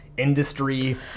industry